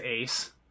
ace